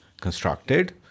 constructed